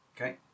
Okay